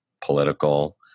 political